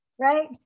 Right